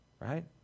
Right